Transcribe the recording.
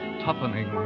toughening